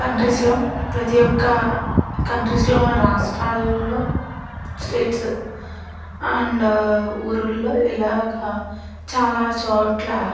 కంట్రీస్లో ప్రతీ ఒక్క కంట్రీస్లో ఉన్న రాష్ట్రాల్లో స్టేట్స్ అండ్ ఊళ్ళలో ఎలాగా చాలా చోట్లా